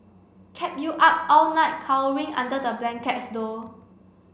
kept you up all night cowering under the blankets though